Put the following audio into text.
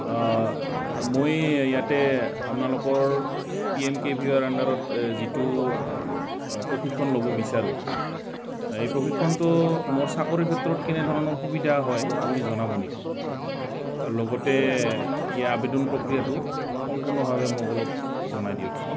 মই ইয়াতে আপোনালোকৰ P M K V Y ৰ আণ্ডাৰত যিটো প্ৰশিক্ষণ ল'ব বিচাৰোঁ এই প্ৰশিক্ষণটো মোৰ চাকৰি ক্ষেত্ৰত কেনেধৰণৰ সুবিধা হয় আপুনি জনাব নেকি লগতে এই আবেদন প্ৰক্ৰিয়াটো সম্পূৰ্ণভাৱে মোক অলপ জনাই দিয়কচোন